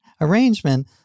arrangement